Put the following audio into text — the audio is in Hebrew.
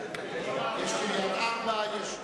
יש קריית-ארבע.